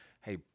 hey